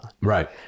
Right